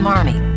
Army